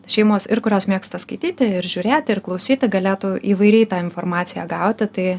šeimos ir kurios mėgsta skaityti ir žiūrėti ir klausyti galėtų įvairiai tą informaciją gauti tai